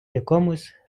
якомусь